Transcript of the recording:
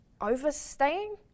Overstaying